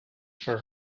for